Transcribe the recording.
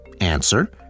Answer